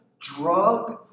drug